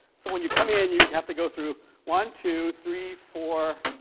so when you come in you have to go through one, two, three, four,